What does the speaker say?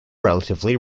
relatively